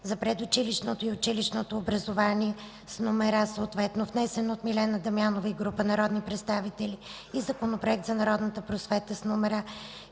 за предучилищното и училищното образование, внесен от Милена Дамянова и група народни представители, и Законопроект за народната просвета, внесен